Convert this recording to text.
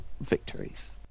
victories